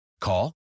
Call